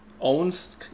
owns